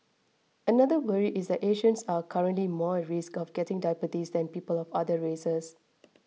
another worry is that Asians are currently more at risk of getting diabetes than people of other races